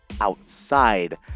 outside